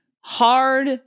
hard